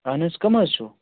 اہن حظ کٕم حظ چھُو